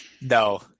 No